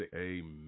Amen